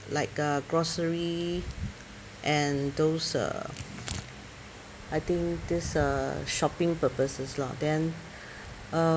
like uh grocery and those uh I think this uh shopping purposes lah then uh